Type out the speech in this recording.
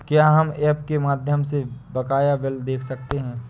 क्या हम ऐप के माध्यम से बकाया बिल देख सकते हैं?